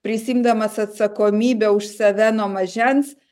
prisiimdamas atsakomybę už save nuo mažens